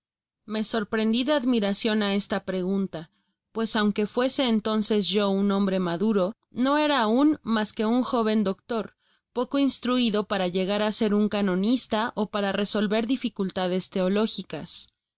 me sorprendi de admiracion á esta pregunta pues aunque fuese entonces yo un hombre maduro no era aun mas que un jóveu doctor poco instruido para llegar á ser un canonista ó para resolver dificultades teológicas